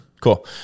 Cool